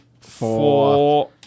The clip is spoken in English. four